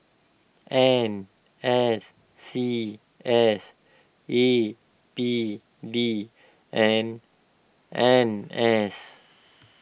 N S C S A P D and N S